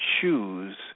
choose